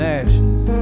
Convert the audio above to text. ashes